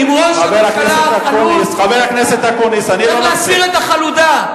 אם ראש הממשלה חלוד, צריך להסיר את החלודה.